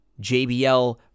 JBL